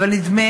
אבל נדמה